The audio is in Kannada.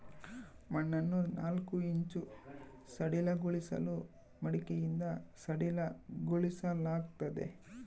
ಮಣ್ಣನ್ನು ನಾಲ್ಕು ಇಂಚು ಸಡಿಲಗೊಳಿಸಲು ಮಡಿಕೆಯಿಂದ ಸಡಿಲಗೊಳಿಸಲಾಗ್ತದೆ